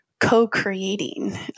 co-creating